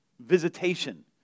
visitation